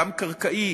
גם קרקעי,